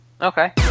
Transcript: Okay